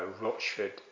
Rochford